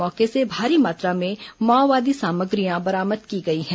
मौके से भारी मात्रा में माओवादी सामग्रियां बरामद की गई हैं